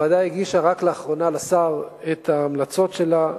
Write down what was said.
הוועדה הגישה רק לאחרונה לשר את ההמלצות שלה,